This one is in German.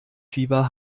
fieber